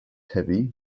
heavy